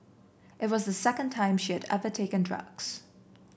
it was the second time she had ever taken drugs